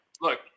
Look